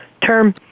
term